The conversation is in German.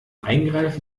eingreifen